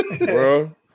Bro